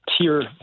tier